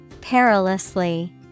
Perilously